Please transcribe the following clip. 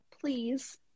please